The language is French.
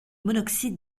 monoxyde